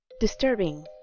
disturbing